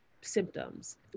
symptoms